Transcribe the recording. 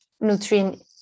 nutrient